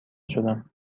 شدم